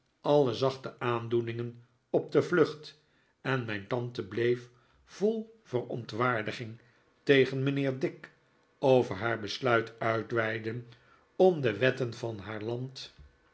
alle zachte aandoeningen op de vlucht en mijn tante bleef vol verontwaardiging tegen mijnheer dick over haar besluit uitweiden om de wetten van haar